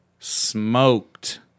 Smoked